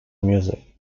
music